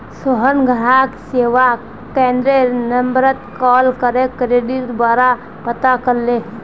सोहन ग्राहक सेवा केंद्ररेर नंबरत कॉल करे क्रेडिटेर बारा पता करले